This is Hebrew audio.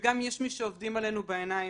ויש גם מי שעובדים עלינו בעיניים.